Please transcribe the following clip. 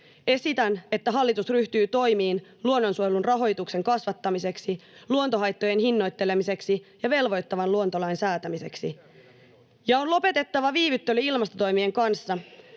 Esitän, että hallitus ryhtyy toimiin luonnonsuojelun rahoituksen kasvattamiseksi, luontohaittojen hinnoittelemiseksi ja velvoittavan luontolain säätämiseksi. [Jani Mäkelä: Ja lisää vielä menoja!] Ja on lopetettava viivyttely ilmastotoimien kanssa.